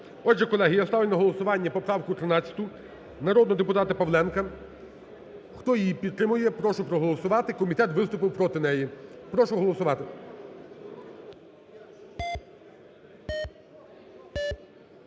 Отже, колеги, я ставлю на голосування поправку 13 народного депутата Павленка. Хто її підтримує – прошу проголосувати. Комітет виступив проти неї. Прошу голосувати.